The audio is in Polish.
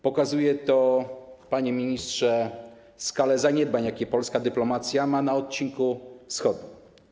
Pokazuje to, panie ministrze, skalę zaniedbań, jakie polska dyplomacja ma na odcinku wschodnim.